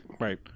right